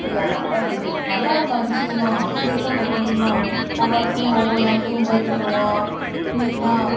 அது நல்லாயிருக்கும் அதிசயம் தான் அப்படி இருக்கும் அந்த கோவில்லாம் ஒவ்வொரு இடத்துலையும் ஒவ்வொரு நேரத்துக்கும் போய்ட்டு வருவோம் இன்னைக்குதான்